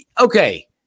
okay